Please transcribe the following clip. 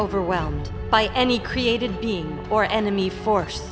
overwhelmed by any created being or enemy force